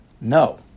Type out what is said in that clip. no